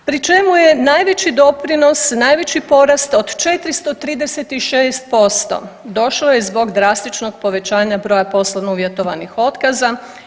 Pri čemu je najveći doprinos, najveći porast od 436% došlo je zbog drastičnog povećanja broja poslovno uvjetovanih otkaza.